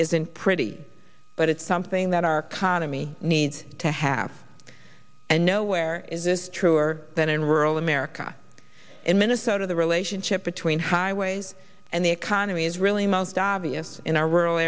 isn't pretty but it's something that our economy needs to have and nowhere is this truer than in rural america in minnesota the relationship between highways and the economy is really most obvious in our rural